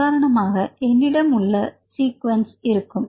உதாரணமாக என்னிடம் உள்ள ஒரு சீக்வென்ஸ்ல் இருக்கும்